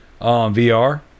vr